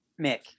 mick